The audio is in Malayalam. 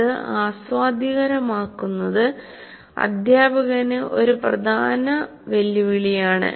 അത് ആസ്വാദ്യകരമാക്കുന്നത് അധ്യാപകന് ഒരു പ്രധാന വെല്ലുവിളിയാണ്